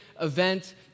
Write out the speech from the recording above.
event